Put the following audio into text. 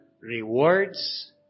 rewards